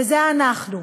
וזה אנחנו.